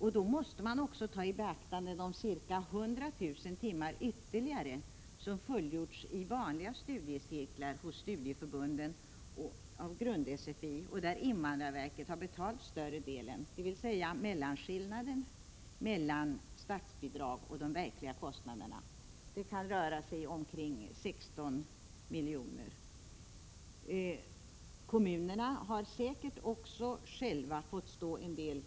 Man måste då också ta i beaktande de ytterligare ca 100000 timmar av grund-SFI vilka fullgjorts i vanliga studiecirklar hos studieförbunden och av vilka invandrarverket har betalat större delen, dvs. mellanskillnaden mellan statsbidrag och de verkliga kostnaderna. Det kan röra sig om ca 16 milj.kr. Också kommunerna själva har säkerligen fått stå för en del